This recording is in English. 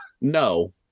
No